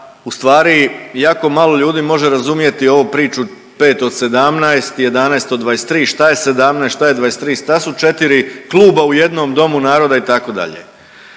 ustvari jako malo ljudi može razumjeti ovu priču 5/17, 11/23, šta je 17, šta je 23, šta su 4 kluba u jednom domu naroda, itd.